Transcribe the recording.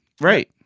right